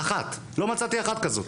לא מצאתי אחת כזאת.